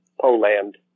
Poland